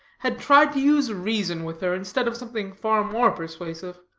had tried to use reason with her, instead of something far more persuasive.